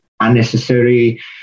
unnecessary